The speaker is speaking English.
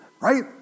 right